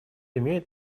имеет